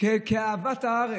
כאהבת הארץ.